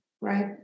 Right